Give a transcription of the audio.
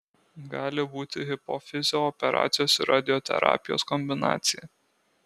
gali būti hipofizio operacijos ir radioterapijos kombinacija